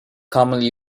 commonly